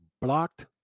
blocked